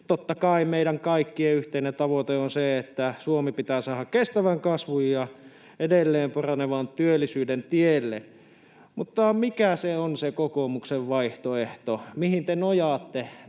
Totta kai meidän kaikkien yhteinen tavoite on se, että Suomi pitää saada kestävän kasvun ja edelleen paranevan työllisyyden tielle, mutta mikä on se kokoomuksen vaihtoehto, mihin te nojaatte